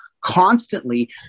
constantly